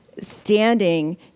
standing